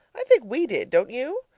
i think we did, don't you?